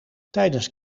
tijdens